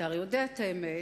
ואתה הרי יודע את האמת,